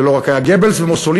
זה לא רק גבלס ומוסוליני.